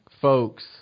folks